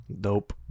Dope